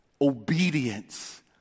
obedience